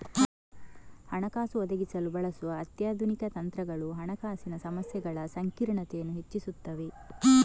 ಹಣಕಾಸು ಒದಗಿಸಲು ಬಳಸುವ ಅತ್ಯಾಧುನಿಕ ತಂತ್ರಗಳು ಹಣಕಾಸಿನ ಸಮಸ್ಯೆಗಳ ಸಂಕೀರ್ಣತೆಯನ್ನು ಹೆಚ್ಚಿಸುತ್ತವೆ